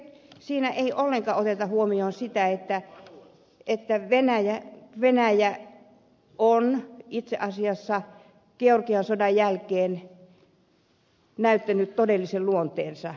siinä ei ollenkaan oteta huomioon sitä että venäjä on itse asiassa georgian sodan jälkeen näyttänyt todellisen luonteensa